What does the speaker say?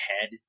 head